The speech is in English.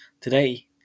Today